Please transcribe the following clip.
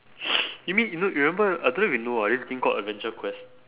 you mean you kno~ you remember I don't know if you know ah this game called adventure quest